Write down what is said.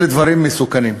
אלה דברים מסוכנים.